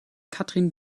katrin